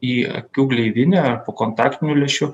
į akių gleivinę po kontaktiniu lęšiu